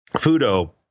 Fudo